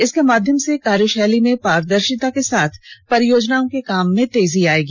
इसके माध्यम से कार्यशैली में पारदर्शिता के साथ परियोजनाओं के काम में तेजी आएगी